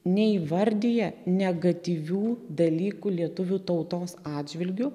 neįvardija negatyvių dalykų lietuvių tautos atžvilgiu